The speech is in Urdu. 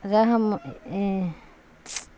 رحم